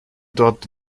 dort